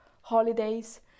holidays